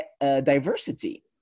diversity